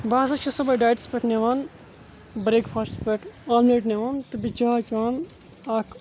بہٕ ہَسا چھُس صُبحٲے ڈایٹَس پٮ۪ٹھ نِوان برٛیک فاسٹَس پٮ۪ٹھ آملیٹ نِوان تہٕ بیٚیہِ چاے چَوان اَکھ